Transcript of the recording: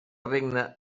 regna